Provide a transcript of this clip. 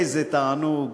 איזה תענוג.